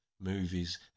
movies